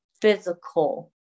physical